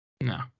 No